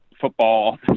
football